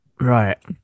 Right